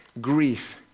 grief